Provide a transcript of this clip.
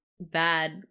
bad